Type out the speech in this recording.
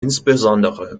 insbesondere